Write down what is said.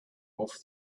off